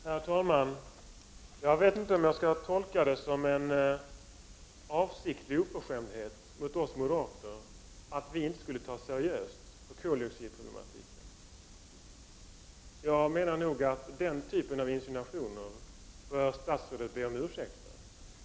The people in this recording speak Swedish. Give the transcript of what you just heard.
Herr talman! Jag vet inte om jag skall tolka påståendet att vi inte skulle ta seriöst på koldioxidproblemet som en avsiktlig oförskämdhet mot oss moderater. Den typen av insinuationer bör statsrådet be om ursäkt för.